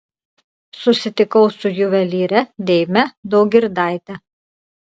susitikau su juvelyre deime daugirdaite